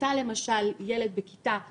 אתה למשל ילד בכיתה ו',